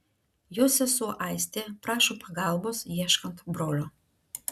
jo sesuo aistė prašo pagalbos ieškant brolio